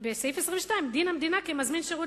בסעיף 22: דין המדינה כמזמין שירות